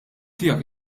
tiegħek